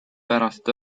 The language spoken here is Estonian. pärast